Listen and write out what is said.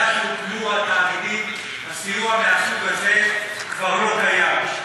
מאז הוקמו התאגידים הסיוע מהסוג הזה כבר לא קיים.